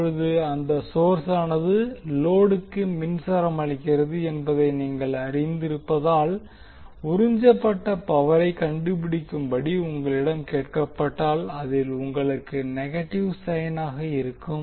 இப்போது அந்த சோர்ஸானது லோடுக்கு மின்சாரம் அளிக்கிறது என்பதை நீங்கள் அறிந்திருப்பதால் உறிஞ்சப்பட்ட பவரை கண்டுபிடிக்கும்படி உங்களிடம் கேட்கப்பட்டால் அதில் உங்களுக்கு நெகட்டிவ் சைன் ஆக இருக்கும்